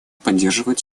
поддерживает